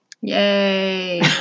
yay